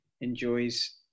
enjoys